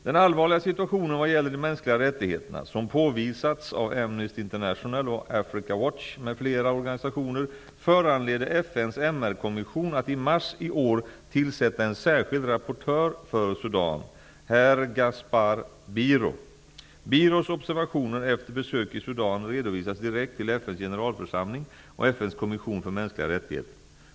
Den allvarliga situationen vad gäller de mänskliga rättigheterna, som påvisats av Amnesty organisationer, föranledde FN:s MR-kommission att i mars i år tillsätta en särskild rapportör för Sudan, herr Gaspar Biro. Biros observationer efter besök i Sudan redovisas direkt till FN:s generalförsamling och FN:s kommission för mänskliga rättigheter.